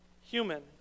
human